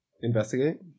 Investigate